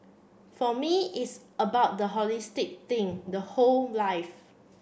for me it's about the holistic thing the whole life